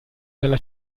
della